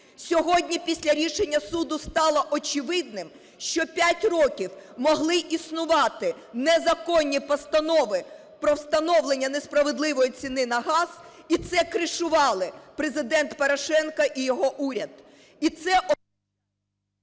Сьогодні, після рішення суду, стало очевидним, що 5 років могли існувати незаконні постанови про встановлення несправедливої ціни на газ, і це "кришували" Президент Порошенко і його уряд.